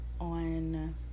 on